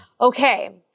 okay